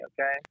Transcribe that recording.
Okay